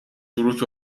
چروک